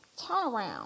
turnaround